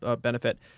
benefit